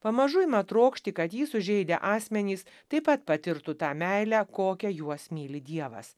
pamažu ima trokšti kad jį sužeidę asmenys taip pat patirtų tą meilę kokia juos myli dievas